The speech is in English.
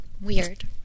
Weird